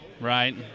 Right